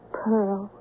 pearl